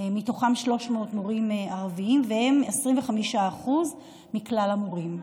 מתוכם 300 מורים ערבים, והם 25% מכלל המורים.